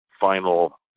final